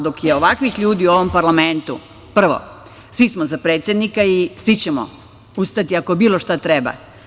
Dok je ovakvih ljudi u ovom parlamentu, prvo, svi smo za predsednika i svi ćemo ustati ako bilo šta treba.